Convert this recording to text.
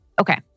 Okay